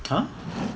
!huh!